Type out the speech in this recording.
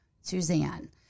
Suzanne